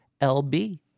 LB